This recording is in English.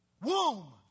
womb